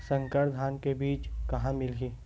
संकर धान के बीज कहां मिलही?